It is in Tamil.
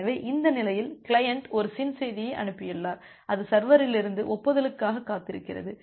எனவே இந்த நிலையில் கிளையன்ட் ஒரு SYN செய்தியை அனுப்பியுள்ளார் அது சர்வரிலிருந்து ஒப்புதலுக்காகக் காத்திருக்கிறது